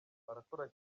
barakora